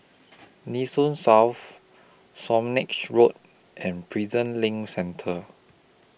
Nee Soon South Swanage Road and Prison LINK Centre